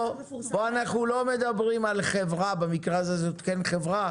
כאן אנחנו לא מדברים על חברה במקרה הזה זאת כן חברה